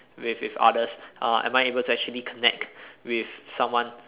with with others uh am I actually able to connect with someone